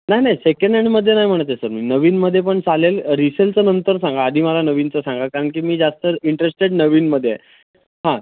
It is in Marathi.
नाही नाही सेकेंड हॅंडमध्ये नाही म्हणत आहे सर मी नवीनमध्ये पण चालेल रिसेलचं नंतर सांगा आधी मला नवीनचं सांगा कारण की मी जास्त इंटरेस्टेड नवीनमध्ये आहे हां